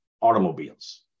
automobiles